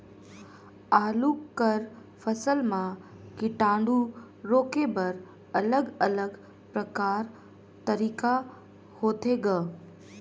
आलू कर फसल म कीटाणु रोके बर अलग अलग प्रकार तरीका होथे ग?